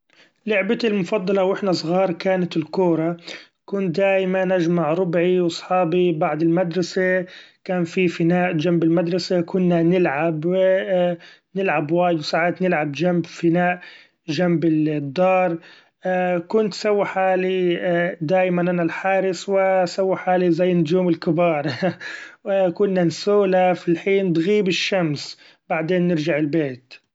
لعبتي المفضله واحنا ظغار كانت الكورا كنت دايما اجمع ربعي وصحابي بعد المدرسي كان في فناء جمب المدرسي كنا نلعب نلعب واي وسعات نلعب جمب فناء جمب الـ-الدار كنت سوي حالي دايما أنا الحارس و اسوي حالي زي نجوم الكبار، وكنا نسولف لحين تغيب الشمس بعدين نرجع البيت.